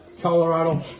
Colorado